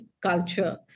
culture